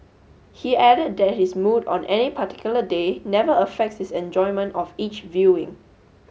he added that his mood on any particular day never affects his enjoyment of each viewing